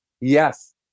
Yes